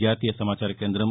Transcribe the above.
జాతీయ సమాచార కేందం